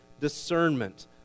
discernment